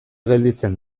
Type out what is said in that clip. gelditzen